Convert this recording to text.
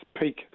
peak